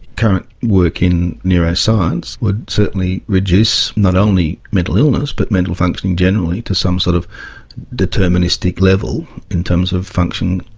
current work in neuroscience would certainly reduce not only mental illness but mental functioning generally to some sort of deterministic level in terms of function,